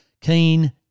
Keen